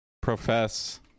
profess